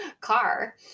car